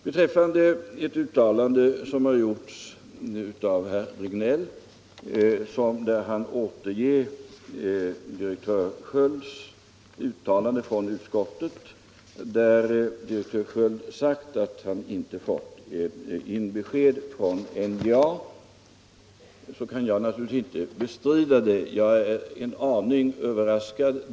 Herr Regnéll återgav ett uttalande av direktör Sköld till utskottet, i vilket han hade sagt att han inte hade fått besked från NJA. Jag kan naturligtvis inte bestrida det, men jag är en aning överraskad.